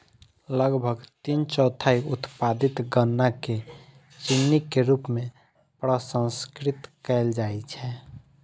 लगभग तीन चौथाई उत्पादित गन्ना कें चीनी के रूप मे प्रसंस्कृत कैल जाइ छै